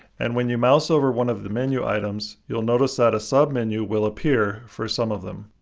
and when you mouse over one of the menu items, you'll notice that a sub-menu will appear for some of them.